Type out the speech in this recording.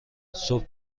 صبح